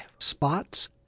Spots